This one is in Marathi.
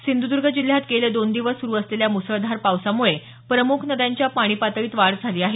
सिंधुदूर्ग जिल्ह्यात गेले दोन दिवस सुरु असलेल्या मुसळधार पावसामुळे प्रमुख नद्यांच्या पाणी पातळीत वाढ झाली आहे